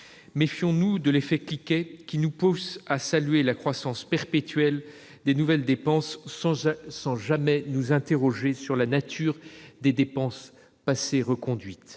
Méfions-nous de l'« effet cliquet » qui nous pousse à saluer la croissance perpétuelle des nouvelles dépenses sans jamais nous interroger sur la nature des dépenses passées reconduites.